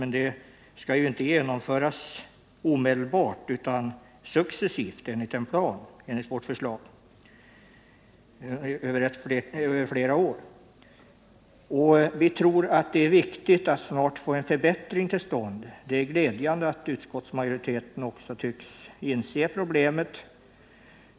Men det skulle ju inte genomföras omedelbart utan successivt över flera år enligt en plan. Vi tror att det är viktigt att snart få en förbättring till stånd. Det är glädjande att utskottsmajoriteten också tycks inse problemet.